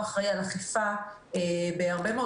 עבדאללה,